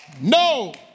No